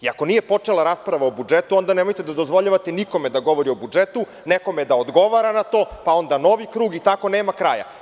Ako nije počela rasprava o budžetu onda nemojte da dozvoljavate nikome da govori o budžetu, nekome da odgovara na to, pa onda novi krug i tako nema kraja.